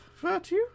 virtue